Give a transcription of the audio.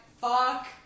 fuck